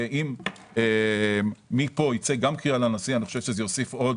ואם מפה תצא גם קריאה לנשיא אני חושב שזה יוסיף עוד.